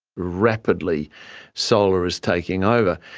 rapidly solar is taking over.